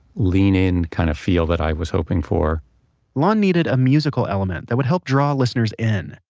lean-in kind of feel that i was hoping for lon needed a musical element that would help draw listeners in.